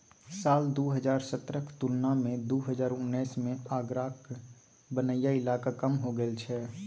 साल दु हजार सतरहक तुलना मे दु हजार उन्नैस मे आगराक बनैया इलाका कम हो गेल छै